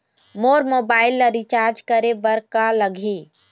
मोर mobile ला recharge करे बर का लगही?